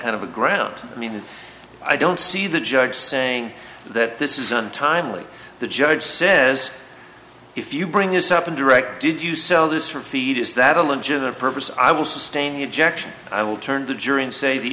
kind of a ground i mean i don't see the judge saying that this is untimely the judge says if you bring this up and direct did you sell this for feed is that a legitimate purpose i will sustain the objection i will turn to jury and say the